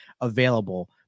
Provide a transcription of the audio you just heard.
available